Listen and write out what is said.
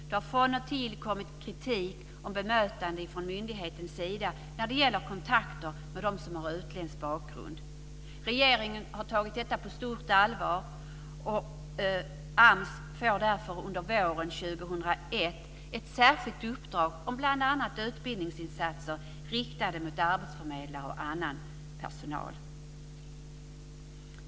Det har från och till kommit kritik om bemötande från myndighetens sida när det gäller kontakter med de som har utländsk bakgrund. Regeringen har tagit detta på stort allvar, och AMS får därför under våren 2001 ett särskilt uppdrag om bl.a. utbildningsinsatser riktade mot arbetsförmedlare och annan personal.